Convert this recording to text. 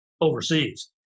overseas